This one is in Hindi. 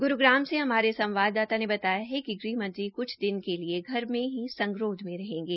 ग्रूग्राम से हमारे संवाददाता ने बताया है कि गृहमंत्री कुछ दिन के लिए घर में ही संगरोध में रहेंगे